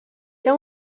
era